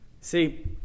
See